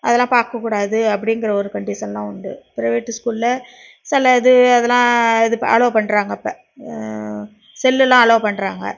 அதெல்லாம் பார்க்க கூடாது அப்படிங்குற ஒரு கண்டிஷன்லாம் உண்டு ப்ரைவேட்டு ஸ்கூலில் சில இது அதெலாம் இது அலோவ் பண்ணுறாங்க இப்போ செல்லுலாம் அல்லோவ் பண்ணுறாங்க